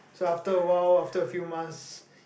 so after awhile after a few months